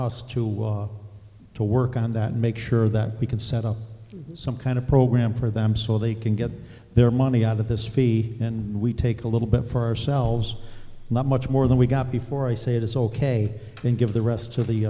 us to walk to work on that make sure that we can set up some kind of program for them so they can get their money out of this fee and we take a little bit for ourselves not much more than we got before i say it is ok then give the rest to the